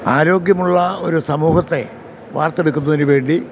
ആരോഗ്യമുള്ള ഒരു സമൂഹത്തെ വാർത്തെടുക്കുന്നതിന് വേണ്ടി